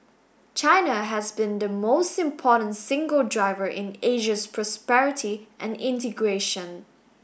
China has been the most important single driver in Asia's prosperity and integration